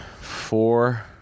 four